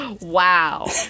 Wow